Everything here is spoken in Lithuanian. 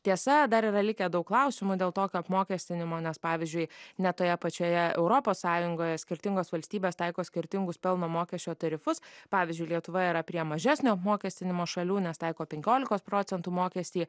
tiesa dar yra likę daug klausimų dėl tokio apmokestinimo nes pavyzdžiui net toje pačioje europos sąjungoje skirtingos valstybės taiko skirtingus pelno mokesčio tarifus pavyzdžiui lietuva yra prie mažesnio apmokestinimo šalių nes taiko penkiolikos procentų mokestį